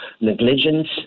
negligence